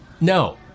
no